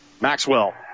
Maxwell